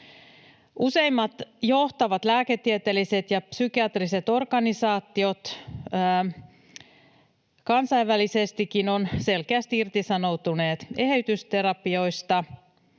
Useimmat johtavat lääketieteelliset ja psykiatriset organisaatiot kansainvälisestikin ovat selkeästi irtisanoutuneet eheytysterapioista,